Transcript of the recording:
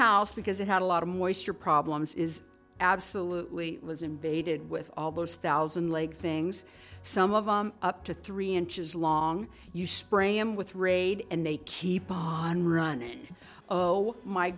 house because it had a lot of moisture problems is absolutely was invaded with all those thousand like things some of up to three inches long you spray em with raid and they keep on running oh my